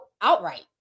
outright